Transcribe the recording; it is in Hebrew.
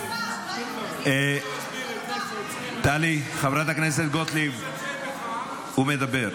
השר --- טלי, חברת הכנסת גוטליב, הוא מדבר.